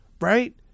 Right